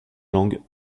langues